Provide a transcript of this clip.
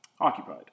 occupied